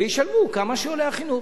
וישלמו כמה שעולה החינוך.